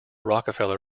rockefeller